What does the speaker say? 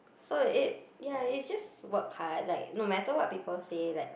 so it ya it just work hard like no matter what people say like